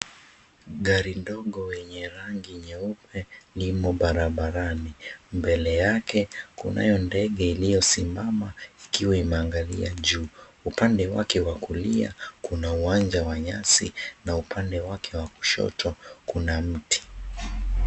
Gari ndogo yenye rangi nyeupe limo barabarani. Mbele yake kunayo ndege iliyosimama ikiwa imeangalia juu. Upande wake wa kulia kuna uwanja wa nyasi na upande wake wa kushoto kuna mti.